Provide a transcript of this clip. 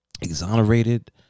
exonerated